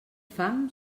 fam